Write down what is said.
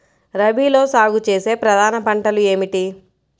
రబీలో సాగు చేసే ప్రధాన పంటలు ఏమిటి?